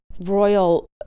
royal